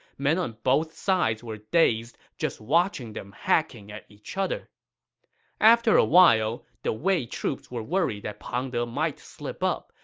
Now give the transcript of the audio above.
men on both sides were dazed just watching them hacking at each other after a while, the wei troops were worried that pang de might slip up,